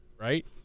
Right